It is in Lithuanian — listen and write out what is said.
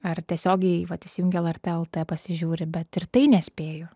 ar tiesiogiai vat įsijungi lrt lt pasižiūri bet ir tai nespėju